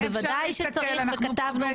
בוודאי שצריך וכתבנו,